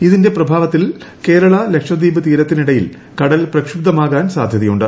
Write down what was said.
ഇതിന്റെ പ്രഭാവത്തിൽ കേരള ലക്ഷദ്വീപ് തീരത്തിനിടയിൽ കടൽ പ്രക്ഷുബ്ധമാകാൻ സാധ്യതയുണ്ട്